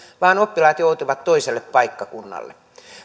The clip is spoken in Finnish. vaan oppilaat joutuvat toiselle paikkakunnalle